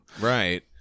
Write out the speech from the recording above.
Right